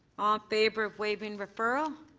favor of waiving referral.